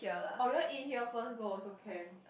oh you want eat here first go also can